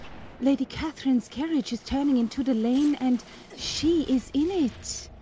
lady catherine's carriage is turning into the lane and she is in it!